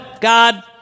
God